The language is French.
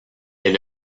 est